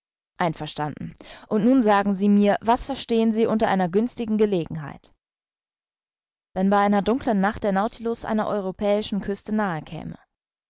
einverstanden und nun sagen sie mir was verstehen sie unter einer günstigen gelegenheit wenn bei einer dunkeln nacht der nautilus einer europäischen küste nahe